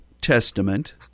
Testament